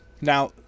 Now